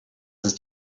ist